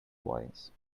voice